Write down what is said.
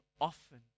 often